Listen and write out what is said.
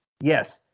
yes